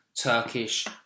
Turkish